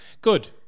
good